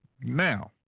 Now